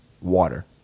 Water